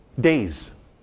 days